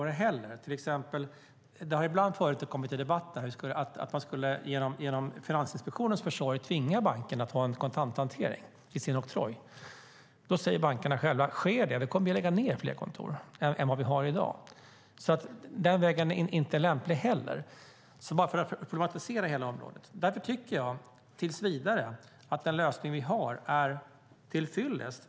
Det har ibland förekommit i debatten att man genom Finansinspektionens försorg skulle tvinga bankerna att ha en kontanthantering i sin oktroj. Då säger bankerna själva att om detta sker kommer de att lägga ned fler kontor än vad de gör i dag, så den vägen är inte heller lämplig. Därför tycker jag tills vidare att den lösning vi har är till fyllest.